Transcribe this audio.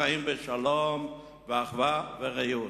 חיים בשלום ואחווה ורעות.